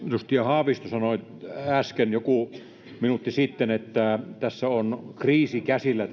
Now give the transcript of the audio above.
edustaja haavisto sanoi äsken joku minuutti sitten että tässä vanhustenhoidossa on kriisi käsillä